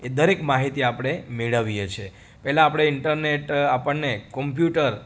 એ દરેક માહિતી આપણે મેળવીએ છે પહેલાં આપણે ઈન્ટરનેટ પહેલાં આપણને કોંપ્યુટર